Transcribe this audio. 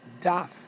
daf